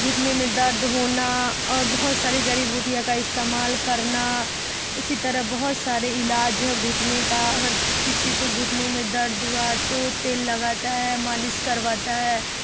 گھٹنے میں درد ہونا اور بہت سارے جڑی بوٹیاں کا استعمال کرنا اسی طرح بہت سارے علاج ہے گھٹنے کا اگر کسی کو گھٹنے میں درد ہوا تو تیل لگاتا ہے مالش کرواتا ہے